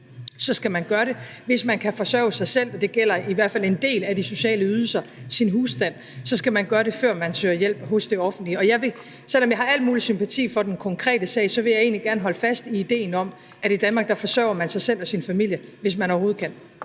skal man gøre det; hvis man kan forsørge sig selv og sin husstand – det gælder i hvert fald for en del af de sociale ydelser – så skal man gøre det, før man søger hjælp hos det offentlige. Og jeg vil, selv om jeg har al mulig sympati for den konkrete sag, egentlig gerne holde fast i idéen om, at man i Danmark forsørger sig selv og sin familie, hvis man overhovedet kan.